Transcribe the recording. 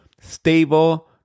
stable